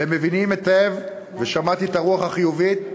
והם מבינים היטב, ושמעתי את הרוח החיובית,